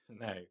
no